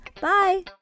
Bye